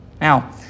Now